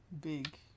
big